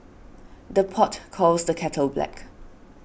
the pot calls the kettle black